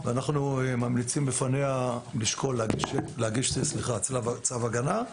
וממליצים בפניה לשקול להגיש צו הגנה.